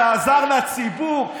שעזר לציבור,